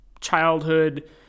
childhood